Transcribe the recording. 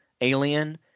alien